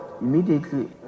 immediately